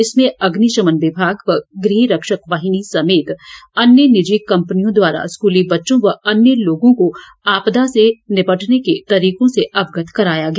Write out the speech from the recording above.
इसमें अग्निशमन विमाग व गृहरक्षक वाहिनी सहित कई निजी कम्पनियां द्वारा स्कूली बच्चों व अन्य लोगों को आपदा से निपटने के तरीकों से अवगत कराया गया